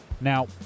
Now